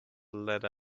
ladder